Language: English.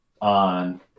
on